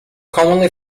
commonly